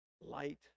light